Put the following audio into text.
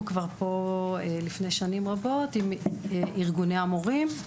כבר פה לפני שנים רבות עם ארגוני המורים.